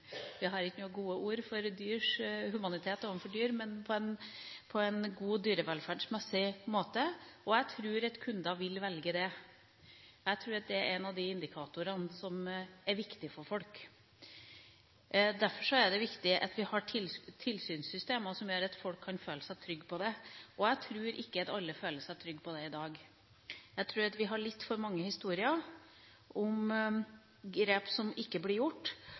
vi har ikke noe godt ord for humanitet overfor dyr, men altså, på en god dyrevelferdsmessig måte. Jeg tror at kunder vil velge det. Jeg tror det er en av de indikatorene som er viktig for folk. Derfor er det viktig at vi har tilsynssystemer som gjør at folk kan føle seg trygge på det, og jeg tror ikke at alle føler seg trygge på det i dag. Jeg tror vi har litt for mange historier om grep som ikke blir